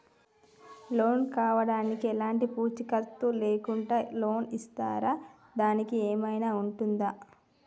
Loan కావడానికి ఎలాంటి పూచీకత్తు లేకుండా లోన్ ఇస్తారా దానికి ఏమైనా ఉంటుందా?